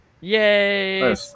Yay